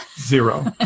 Zero